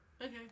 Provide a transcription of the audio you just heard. Okay